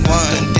one